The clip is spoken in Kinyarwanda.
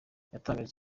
yatangarije